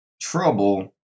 Trouble